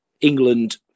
England